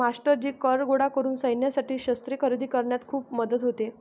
मास्टरजी कर गोळा करून सैन्यासाठी शस्त्रे खरेदी करण्यात खूप मदत होते